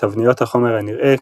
ותבניות החומר הנראה,